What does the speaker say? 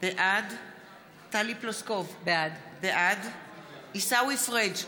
בעד טלי פלוסקוב, בעד עיסאווי פריג'